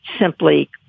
simply